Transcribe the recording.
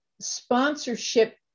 sponsorship